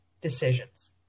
decisions